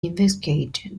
investigate